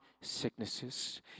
sicknesses